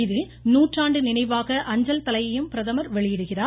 இதில் நூற்றாண்டு நினைவாக அஞ்சல் தலையையும் பிரதமர் வெளியிடுகிறார்